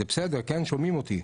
שומעים אותי?